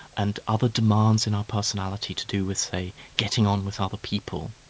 and other demands, and our personality to do with say, getting on with other people.